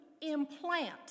implant